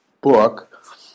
book